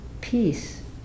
peace